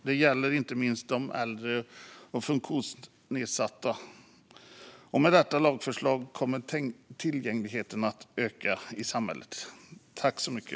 Det gäller inte minst de äldre och funktionsnedsatta, och med detta lagförslag kommer tillgängligheten att öka i samhället.